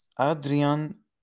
Adrian